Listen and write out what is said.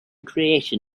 creation